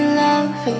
love